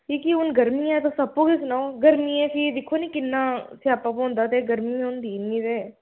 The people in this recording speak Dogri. की के हून गर्मियां ऐ ते तुस आपूं बी सनाओ गर्मियें ईं फ्ही दिक्खो निं भी किन्ना स्यापा पौंदा ते गर्मी होंदी इन्नी ते